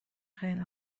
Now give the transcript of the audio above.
خیلی